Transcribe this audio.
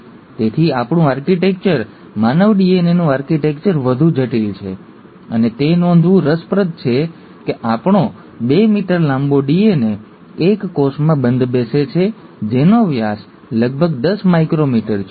તેથી આપણું આર્કિટેક્ચર માનવ ડીએનએનું આર્કિટેક્ચર વધુ જટિલ છે અને તે નોંધવું રસપ્રદ છે કે આપણો બે મીટર લાંબો ડીએનએ એક કોષમાં બંધબેસે છે જેનો વ્યાસ લગભગ 10 માઇક્રોમીટર છે